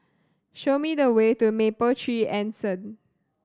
show me the way to Mapletree Anson